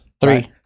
three